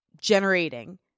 generating